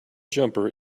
jumper